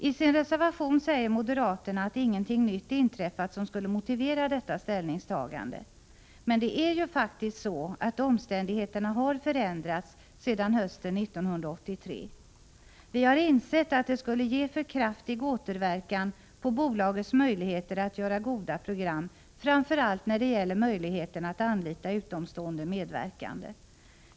I sin reservation säger moderaterna att ingenting nytt inträffat som skulle motivera detta ställningstagande. Men det är ju faktiskt så att omständigheterna har förändrats sedan hösten 1983. Vi har insett att besparingen skulle ge för kraftig återverkan på bolagets möjligheter att göra goda program, framför allt när det gäller möjligheten att anlita utomstående medverkande.